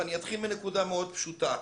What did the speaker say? ואני אתחיל מנקודה מאוד פשוטה.